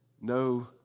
no